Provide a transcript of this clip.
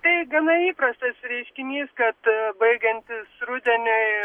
tai gana įprastas reiškinys kad baigiantis rudeniui